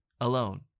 alone